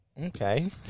Okay